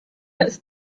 ist